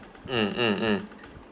mm mm mm